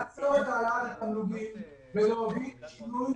יש לעצור את העלאת התמלוגים ולהוביל לשינוי.